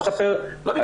אני יכול להגיד מספרים.